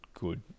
good